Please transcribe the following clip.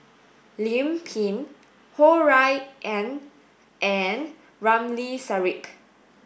Lim Pin Ho Rui An and Ramli Sarip